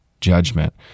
judgment